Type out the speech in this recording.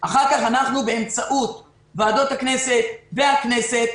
ואחר כך באמצעות ועדות הכנסת והכנסת